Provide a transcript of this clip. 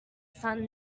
sun